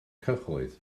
cyhoedd